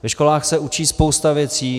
Ve školách se učí spousta věcí.